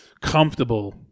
comfortable